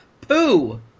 poo